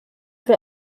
wir